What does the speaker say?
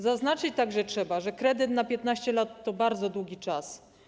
Zaznaczyć także trzeba, że kredyt na 15 lat to kredyt na bardzo długi czas.